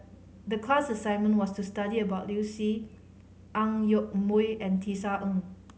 the class assignment was to study about Liu Si Ang Yoke Mooi and Tisa Ng